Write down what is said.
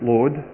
Lord